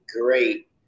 great